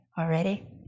already